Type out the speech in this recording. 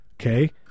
Okay